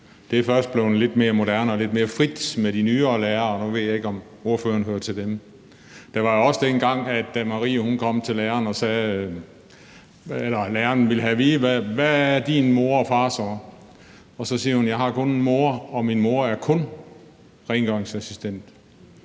Det er først blevet lidt mere moderne og lidt mere frit med de nyere lærere, og nu ved jeg ikke, om ordføreren hører til dem. Der var også dengang, hvor Marie kom til læreren og læreren ville have at vide: Hvad er din mor og far? Så sagde hun: Jeg har kun en mor, og min mor er kun rengøringsassistent.